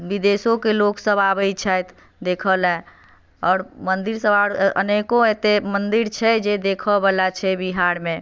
विदेशो के लोकसब आबै छथि देखऽ लए आओर मन्दिर सब आओर अनेको एते मन्दिर छै जे देखऽ बला छै बिहार मे